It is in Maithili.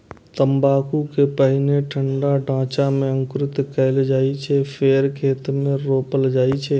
तंबाकू कें पहिने ठंढा ढांचा मे अंकुरित कैल जाइ छै, फेर खेत मे रोपल जाइ छै